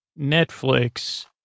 Netflix